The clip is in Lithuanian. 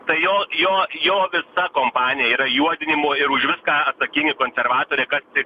tai jo jo jo ta kompanija yra juodinimo ir už viską atsakingi konservatoriai kas tik